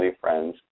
friends